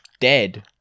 dead